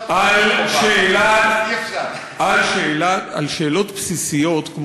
על שאלות בסיסיות,